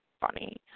funny